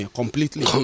completely